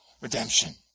redemption